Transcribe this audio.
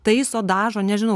taiso dažo nežinau